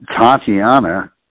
tatiana